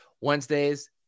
Wednesdays